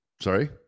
Sorry